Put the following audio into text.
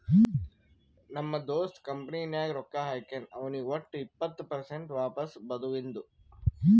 ನಮ್ ದೋಸ್ತ ಕಂಪನಿ ನಾಗ್ ರೊಕ್ಕಾ ಹಾಕ್ಯಾನ್ ಅವ್ನಿಗ್ ವಟ್ ಇಪ್ಪತ್ ಪರ್ಸೆಂಟ್ ವಾಪಸ್ ಬದುವಿಂದು